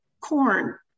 corn